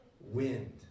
Wind